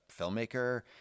filmmaker